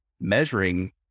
measuring